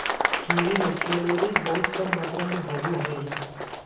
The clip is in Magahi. कीवी में कैलोरी बहुत कम मात्र में होबो हइ